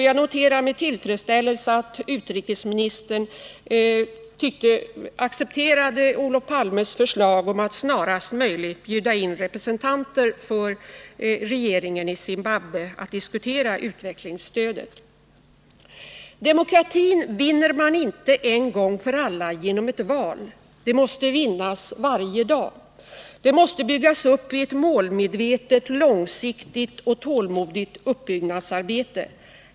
Jag noterar med tillfredsställelse att utrikesministern accepterar Olof Palmes förslag om att snarast möjligt bjuda in representanter för regeringen i Zimbabwe för att diskutera utvecklingsstödet. Demokratin vinner man inte en gång för alla genom ett val. Den måste vinnas varje dag. Den måste byggas upp i ett målmedvetet, långsiktigt och tålmodigt uppbyggnadsarbete.